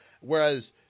whereas